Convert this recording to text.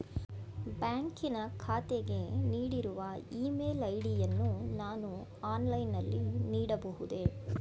ಬ್ಯಾಂಕಿನ ಖಾತೆಗೆ ನೀಡಿರುವ ಇ ಮೇಲ್ ಐ.ಡಿ ಯನ್ನು ನಾನು ಆನ್ಲೈನ್ ನಲ್ಲಿ ನೀಡಬಹುದೇ?